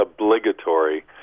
obligatory